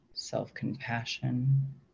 self-compassion